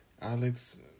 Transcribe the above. Alex